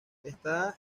está